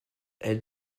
elle